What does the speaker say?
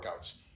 workouts